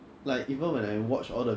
比较容易 because you can turn your